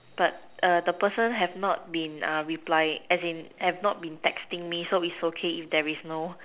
but the person have not been replying as in has not been texting me so it's okay if there is no